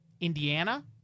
Indiana